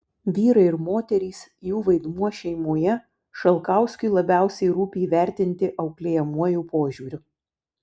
vyrai ir moterys jų vaidmuo šeimoje šalkauskiui labiausiai rūpi įvertinti auklėjamuoju požiūriu